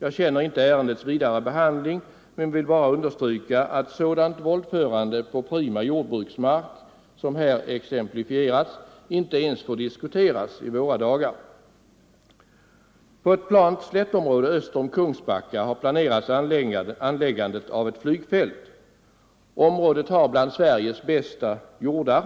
Jag känner inte ärendets vidare behandling men vill bara understryka att sådant våldförande på prima jordbruksmark som här exemplifierats inte ens får diskuteras i våra dagar. På ett plant slättområde väster om Kungsbacka har planerats anläggandet av ett flygfält. Området har bland Sveriges bästa jordar;